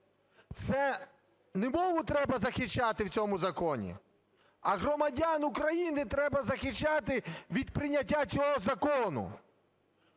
Це не мову треба захищати в цьому законі, а громадян України треба захищати від прийняття цього закону,